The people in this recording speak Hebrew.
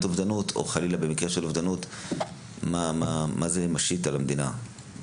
אובדנות ומה זה משית על המדינה במקרה של אובדנות חלילה,